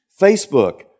Facebook